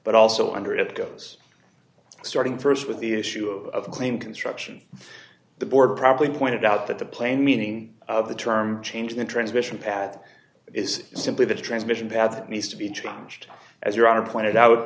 but also under it goes starting first with the issue of claim construction the board probably pointed out that the plain meaning of the term change in transmission pat is simply the transmission path that needs to be changed as you are pointed out